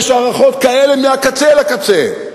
יש הערכות כאלה, מהקצה אל הקצה,